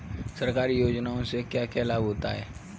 सरकारी योजनाओं से क्या क्या लाभ होता है?